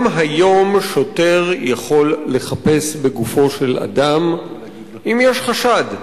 גם היום שוטר יכול לחפש בגופו של אדם אם יש חשד.